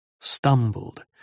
stumbled